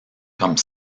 comme